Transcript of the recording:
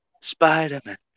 Spider-Man